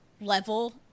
level